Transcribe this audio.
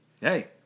Hey